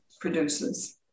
produces